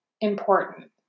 important